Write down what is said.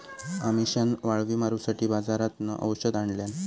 अमिशान वाळवी मारूसाठी बाजारातना औषध आणल्यान